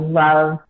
love